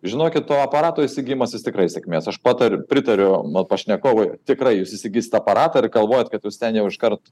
žinokit to aparato įsigijimas jis tikrai sėkmės aš patariu pritariu ma pašnekovui tikrai jūs įsigysit aparatą ir kalvojat kad jūs ten jau iškart